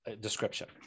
description